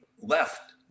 left